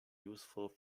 useful